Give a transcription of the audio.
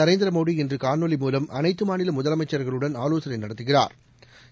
நரேந்திரமோடி இன்று காணொலி மூலம் அனைத்து மாநில முதலமைச்சா்களுடன் ஆலோசனை நடத்துகிறா்